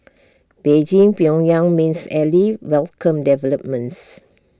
Beijing pyongyang mains ally welcomed developments